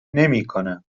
نمیکنم